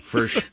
First